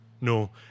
No